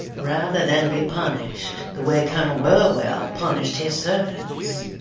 rather than be punished the way colonel burwell punished his servants,